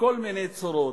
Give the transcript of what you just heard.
בכל מיני צורות,